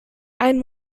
einen